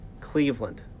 Cleveland